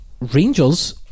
rangers